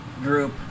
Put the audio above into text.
group